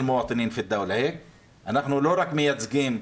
אנחנו לא רק מייצגים,